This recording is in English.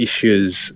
issues